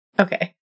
okay